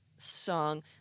song